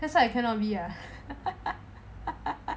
that's why I cannot be there